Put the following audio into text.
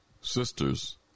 sisters